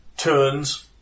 Turns